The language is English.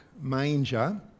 manger